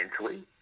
mentally